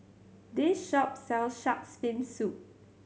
this shop sells Shark's Fin Soup